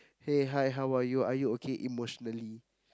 hey hi how are you are you okay emotionally